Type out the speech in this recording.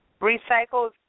Recycled